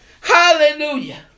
Hallelujah